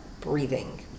breathing